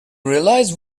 realize